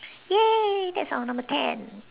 ya that's our number ten